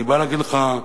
אני בא להגיד לך,